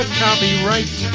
copyright